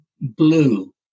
blue